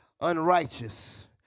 unrighteous